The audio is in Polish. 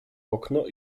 okno